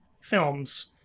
films